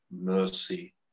mercy